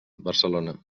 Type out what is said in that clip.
barcelona